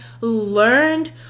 learned